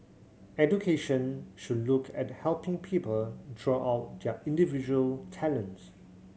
education should look at helping people draw out their individual talents